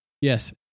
Yes